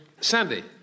Sandy